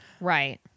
right